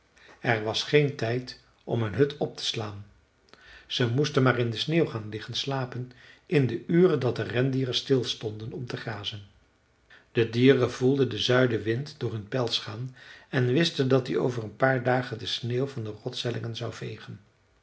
er was geen tijd om een hut op te slaan ze moesten maar in de sneeuw gaan liggen slapen in de uren dat de rendieren stilstonden om te grazen de dieren voelden den zuidenwind door hun pels gaan en wisten dat die over een paar dagen de sneeuw van de rotshellingen zou vegen